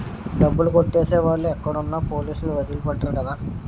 డబ్బులు కొట్టేసే వాళ్ళు ఎక్కడున్నా పోలీసులు వదిలి పెట్టరు కదా